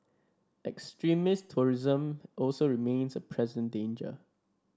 extremist terrorism also remains a present danger